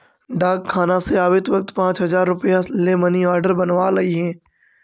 डाकखाना से आवित वक्त पाँच हजार रुपया ले मनी आर्डर बनवा लइहें